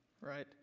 right